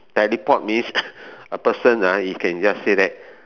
teleport means a person ah if can just say that